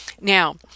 Now